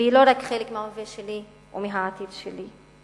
ולא רק חלק מהווה שלי ומהעתיד שלי.